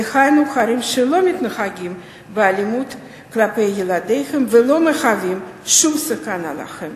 דהיינו הורים שלא מתנהגים באלימות כלפי ילדיהם ולא מהווים שום סכנה להם.